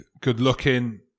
good-looking